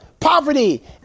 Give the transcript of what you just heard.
Poverty